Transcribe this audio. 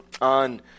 on